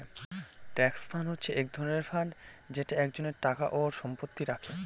trust fund হচ্ছে এক রকমের ফান্ড যেটা একজনের টাকা ও সম্পত্তি রাখে